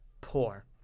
poor